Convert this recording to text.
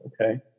okay